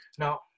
Now